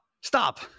Stop